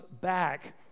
back